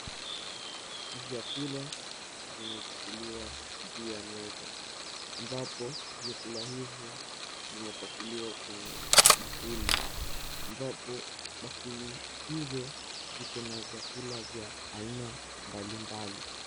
Vyakula vimepakuliwa juu ya meza. Ambapo vyakula hivyo vimepakuliwa kwenye bakuli, ambapo bakuli hizo ziko na vyakula vya aina mbalimbali.